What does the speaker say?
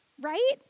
right